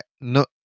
No